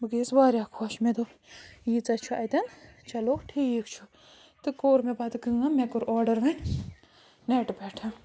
بہٕ گٔیَس واریاہ خۄش مےٚ دوٚپ ییٖژاہ چھِ اَتٮ۪ن چلو ٹھیٖک چھُ تہٕ کوٚر مےٚ پتہٕ کٲم مےٚ کوٚر آرڈَر وۄنۍ نٮ۪ٹ پٮ۪ٹھ